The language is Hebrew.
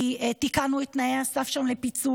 כי תיקנו את תנאי הסף שם לפיצוי,